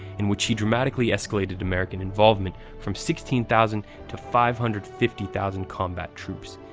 in which he dramatically escalated american involvement from sixteen thousand to five hundred fifty thousand combat troops.